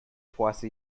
twice